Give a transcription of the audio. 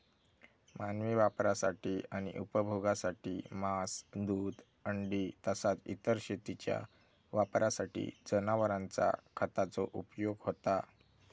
मानवी वापरासाठी आणि उपभोगासाठी मांस, दूध, अंडी तसाच इतर शेतीच्या वापरासाठी जनावरांचा खताचो उपयोग होता